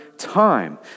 Time